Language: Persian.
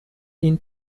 این